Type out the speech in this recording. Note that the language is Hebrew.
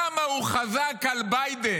כמה הוא חזק על ביידן.